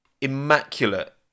immaculate